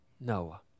Noah